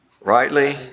Rightly